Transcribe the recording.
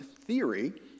theory